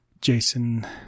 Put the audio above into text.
Jason